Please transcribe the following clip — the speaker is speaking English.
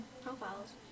profiles